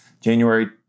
January